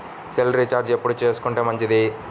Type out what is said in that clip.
Cell recharge ఎప్పుడు చేసుకొంటే మంచిది?